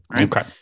Okay